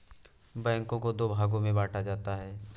बैंकों को दो भागों मे बांटा जाता है